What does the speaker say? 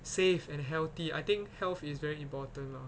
safe and healthy I think health is very important lah